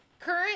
Current